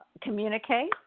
communicate